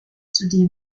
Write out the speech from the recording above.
zudem